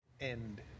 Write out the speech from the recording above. End